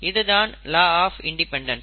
இது தான் law of independence